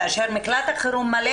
כאשר מקלט החירום מלא,